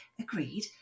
Agreed